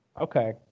Okay